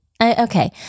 Okay